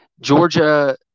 Georgia